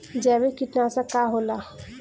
जैविक कीटनाशक का होला?